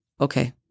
Okay